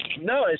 No